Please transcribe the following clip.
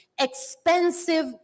expensive